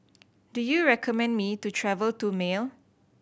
do you recommend me to travel to Male